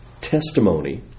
testimony